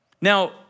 Now